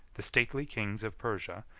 the stately kings of persia,